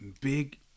big